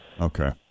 Okay